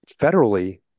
federally